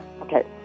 Okay